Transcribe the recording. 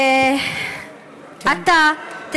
אנחנו עם מחבלים לא מקיימים חוקים.